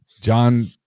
John